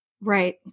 Right